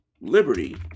Liberty